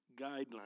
guidelines